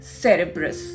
Cerebrus